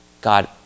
God